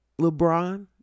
LeBron